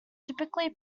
typically